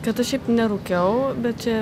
kad aš šiaip nerūkiau bet čia